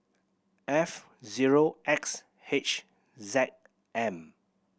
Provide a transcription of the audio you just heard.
F zero X H Z M